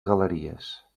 galeries